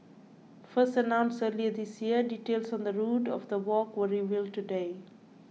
first announced earlier this year details on the route of the walk were revealed today